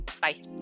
Bye